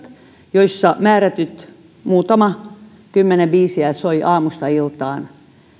joissa määrätyt muutama kymmenen biisiä soi aamusta iltaan